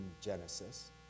Genesis